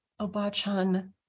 Obachan